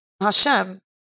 Hashem